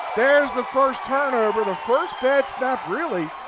there is the first turnover, the first bad snap really,